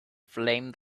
flame